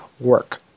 work